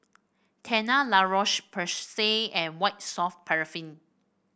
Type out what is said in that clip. Tena La Roche Porsay and White Soft Paraffin